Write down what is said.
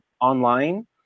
online